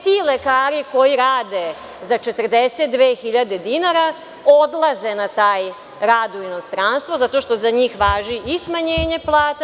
Ti lekari koji rade za 42.000 dinara odlaze na taj rad u inostranstvo zato što za njih važi i smanjenje plata.